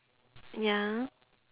ya